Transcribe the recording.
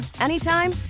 anytime